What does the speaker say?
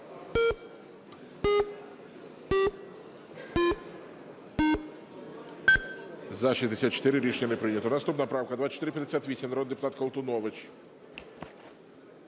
За-65 Рішення не прийнято. Наступна правка 2462, народний депутат Колтунович